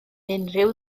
unrhyw